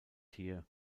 here